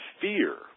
fear